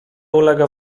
ulega